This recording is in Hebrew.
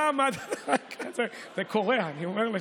זה קורע, אני אומר לך.